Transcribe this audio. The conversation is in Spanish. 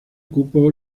cupo